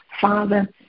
Father